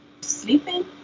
sleeping